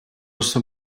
jsem